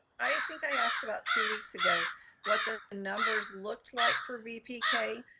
i think i asked about two weeks ago what the numbers looked like for vpk.